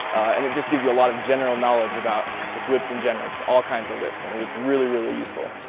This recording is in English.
and it just gives you a lot of general knowledge about just whips in general, all kinds of whips and it was really really useful.